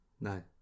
No